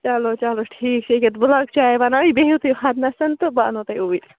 چلو چلو ٹھیٖک چھُ یہِ کہِ بہٕ لاگہٕ چاے بَناوٕنۍ بِہِو تُہۍ ہۄتنَس تہٕ بہٕ اَنہو تۄہہِ اوٗرۍ